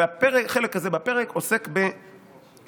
והחלק הזה בפרק עוסק במדרש,